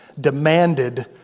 demanded